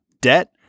debt